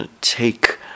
take